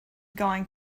going